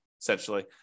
essentially